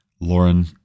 Lauren